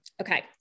Okay